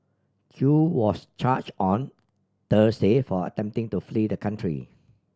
Chew was charge on Thursday for attempting to flee the country